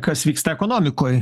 kas vyksta ekonomikoj